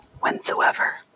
whensoever